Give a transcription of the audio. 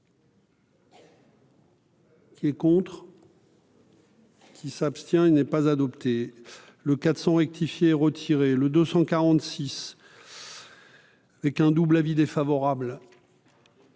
Qui est contre. Qui s'abstient, il n'est pas adopté le 400 rectifier retirer le 246 et qu'un double avis défavorable.